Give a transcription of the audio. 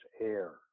Air